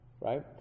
right